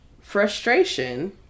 frustration